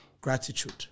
Gratitude